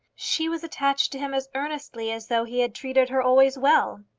she was attached to him as earnestly as though he had treated her always well.